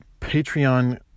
patreon